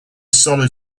solid